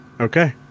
okay